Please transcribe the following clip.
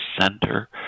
center